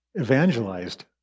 evangelized